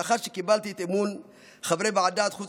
לאחר שקיבלתי את אמון חברי ועדת חוץ